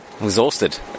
exhausted